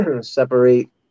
separate